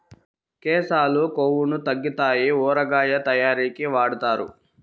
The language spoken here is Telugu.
కేశాలు కొవ్వును తగ్గితాయి ఊరగాయ తయారీకి వాడుతారు